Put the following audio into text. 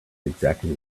exactly